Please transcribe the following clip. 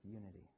unity